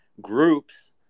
groups